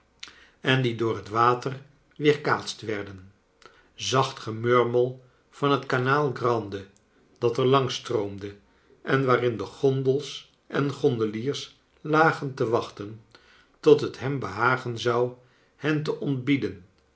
en die door het water weerkaatst werden zacht gemurmel van het canale grande dat er langs stroomde en waarin gondels en gondeliers lagen te wachten tot het hem behagen zou hen te ontbieden